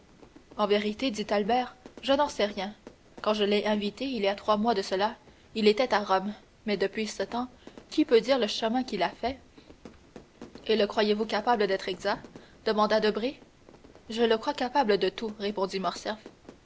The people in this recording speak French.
en vérité dit albert je n'en sais rien quand je l'ai invité il y a trois mois de cela il était à rome mais depuis ce temps-là qui peut dire le chemin qu'il a fait et le croyez-vous capable d'être exact demanda debray je le crois capable de tout répondit